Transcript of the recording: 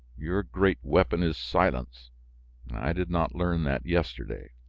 your great weapon is silence i did not learn that yesterday.